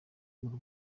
urwo